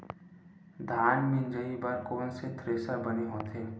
धान मिंजई बर कोन से थ्रेसर बने होथे?